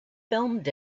filmed